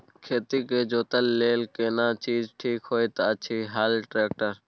खेत के जोतय लेल केना चीज ठीक होयत अछि, हल, ट्रैक्टर?